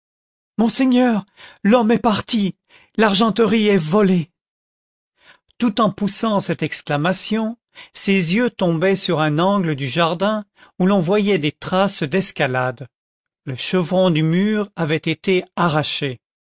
monseigneur l'homme est parti l'argenterie est volée tout en poussant cette exclamation ses yeux tombaient sur un angle du jardin où l'on voyait des traces d'escalade le chevron du mur avait été arraché